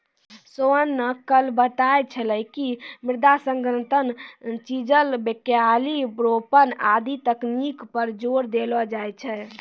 सोहन न कल बताय छेलै कि मृदा सघनता, चिजल, क्यारी रोपन आदि तकनीक पर जोर देलो जाय छै